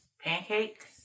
Pancakes